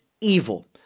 evil